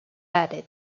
added